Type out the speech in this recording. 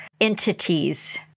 entities